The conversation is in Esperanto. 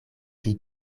pli